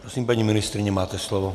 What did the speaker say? Prosím, paní ministryně, máte slovo.